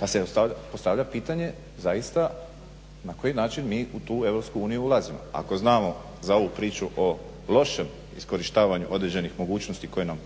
Pa se postavlja pitanje zaista na koji način mi u tu EU ulazimo, ako znamo za ovu priču o lošem iskorištavanju određenih mogućnosti koje nam,